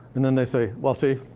and then they say, well, see,